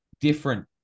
different